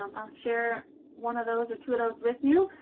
um i'll share one of those or two of those with you.